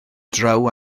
draw